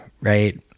right